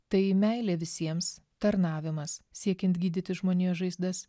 tai meilė visiems tarnavimas siekiant gydyti žmonijos žaizdas